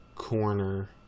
Corner